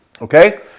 Okay